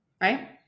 right